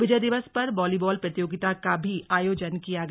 विजय दिवस पर वॉलीबॉल प्रतियोगिता का भी आयोजन किया गया